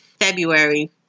February